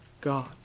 God